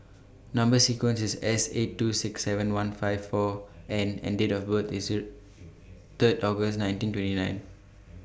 Number sequence IS S eight two six seven one five four N and Date of birth IS Third August nineteen twenty nine